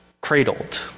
cradled